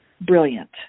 brilliant